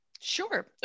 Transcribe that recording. Sure